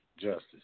Justice